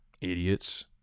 idiots